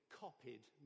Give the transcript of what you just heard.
copied